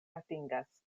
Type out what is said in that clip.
atingas